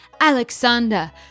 Alexander